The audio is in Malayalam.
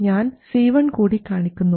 ഞാൻ C1 കൂടി കാണിക്കുന്നു